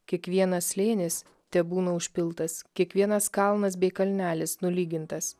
kiekvienas slėnis tebūna užpiltas kiekvienas kalnas bei kalnelis nulygintas